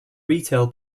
retail